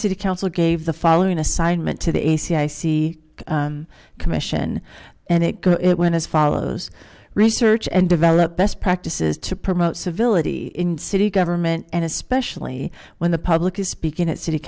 city council gave the following assignment to the ac i c commission and it went as follows research and develop s practices to promote civility in city government and especially when the public is speaking at city